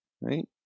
right